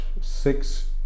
six